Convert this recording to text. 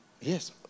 Yes